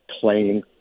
playing